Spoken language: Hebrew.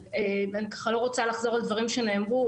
אני ככה לא רוצה לחזור על דברים שנאמרו,